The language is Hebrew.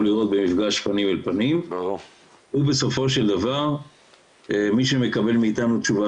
לראות במפגש פנים אל פנים ובסופו של דבר מי שמקבל מאיתנו תשובה